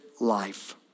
life